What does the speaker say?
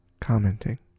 commenting